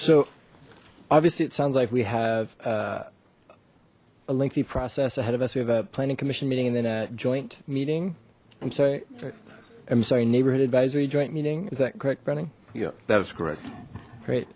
so obviously it sounds like we have a lengthy process ahead of us we have a planning commission meeting and then a joint meeting i'm sorry i'm sorry neighborhood advisory joint meeting is that correct brunning yep that's great great